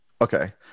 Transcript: Okay